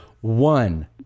one